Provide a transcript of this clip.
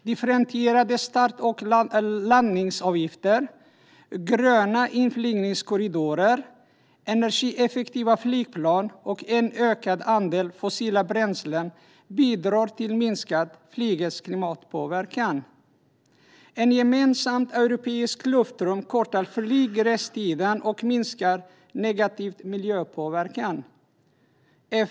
Differentierade start och landningsavgifter, gröna inflygningskorridorer, energieffektiva flygplan och en ökad andel fossilfria bränslen bidrar till att minska flygets klimatpåverkan. Ett gemensamt europeiskt luftrum kortar flygresetiden och minskar negativ miljöpåverkan.